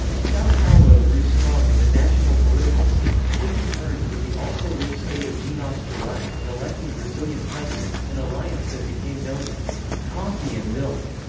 sao paulo grew strong in the national political scene, taking turns with the also rich state of minas gerais in electing brazilian presidents, an alliance that became known as coffee and milk,